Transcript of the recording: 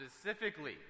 specifically